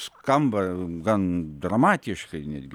skamba gan dramatiškai netgi